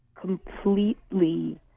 completely